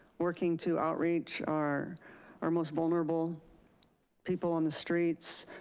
working to outreach our our most vulnerable people on the streets.